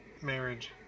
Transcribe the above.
marriage